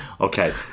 Okay